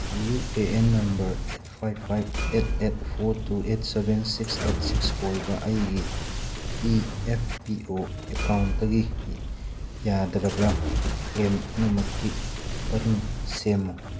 U A N number eight five five eight eight four two eight seven six eight six ꯑꯣꯏꯕ ꯑꯩꯒꯤ E F P O ꯑꯦꯀꯥꯎꯟꯗꯒꯤ ꯌꯥꯗ꯭ꯔꯕ claim ꯄꯨꯝꯅꯃꯛꯀꯤ ꯄꯔꯤꯡ ꯁꯦꯝꯃꯨ